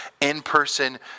in-person